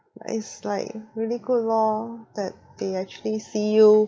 but it's like really good lor that they actually see you